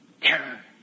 terror